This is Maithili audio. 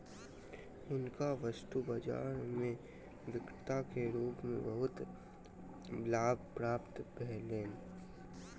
हुनका वस्तु बाजार में विक्रेता के रूप में बहुत लाभ प्राप्त भेलैन